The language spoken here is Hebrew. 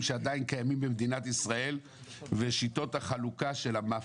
שעדיין קיימים במדינת ישראל ושל שיטות החלוקה של המאפיה,